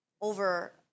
over